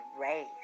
race